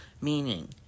Meaning